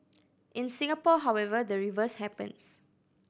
in Singapore however the reverse happens